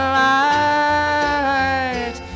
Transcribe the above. light